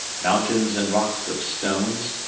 mountains and rocks of stones,